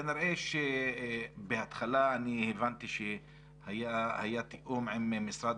כנראה שבהתחלה אני הבנתי שהיה תיאום עם משרד